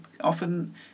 often